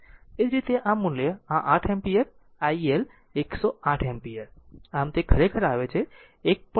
એ જ રીતે આ મૂલ્ય આ 8 એમ્પીયર iL108 એમ્પીયર આમ તે ખરેખર આવે છે 1